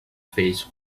face